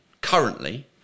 currently